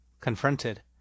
confronted